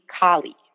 Kali